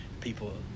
people